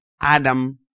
Adam